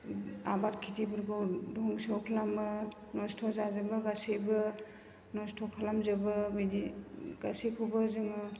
आबाद खेटिफोरखौ धंस' खालामो नस्त' जाजोबो गासैबो नस्त खालामजोबो बिदि गासैखौबो जोङो